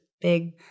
big